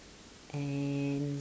and